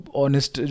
honest